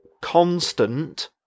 constant